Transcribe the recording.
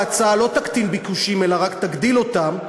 ההצעה לא תקטין ביקושים אלא רק תגדיל אותם,